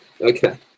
okay